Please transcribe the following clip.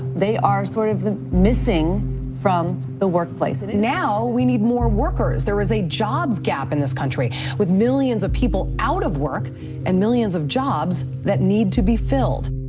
they are sort of missing from the workplace and and now we need more workers. there is a jobs gap in this country with millions of people out of work and millions of jobs that need to be filled